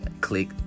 click